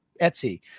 Etsy